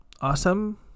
awesome